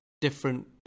Different